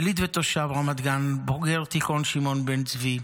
יליד ותושב רמת גן, בוגר תיכון שמעון בן צבי,